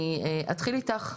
אתחיל איתך,